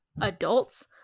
adults